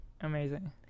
amazing